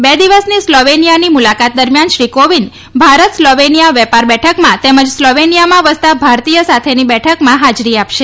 બે દિવસની સ્લોવેનિયાની મુલાકાત દરમિયાન શ્રી કોવિંદ ભારત સ્લોવેનિયા વેપાર બેઠકમાં તેમજ સ્લોવેનિયામાં વસતા ભારતીય સાથેની બેઠકમાં હાજરી આપશે